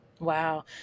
wow